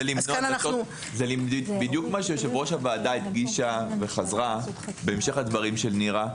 זה בדיוק מה שיושבת-ראש הוועדה הדגישה וחזרה בהמשך לדבריה של נירה.